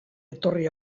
etorri